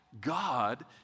God